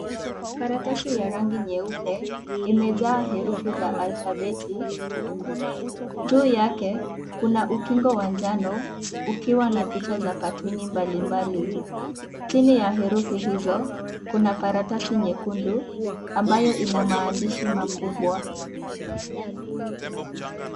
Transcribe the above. Karatasi ya rangi nyeupe, imejaa herufi za alfabeti. Juu yake, kuna ukingo wa njano, ukiwa na picha za katuni mbalimbali. Chini ya herufi hizo, kuna karatasi nyekundu, ambayo ina maandishi makubwa.